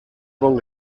bon